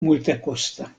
multekosta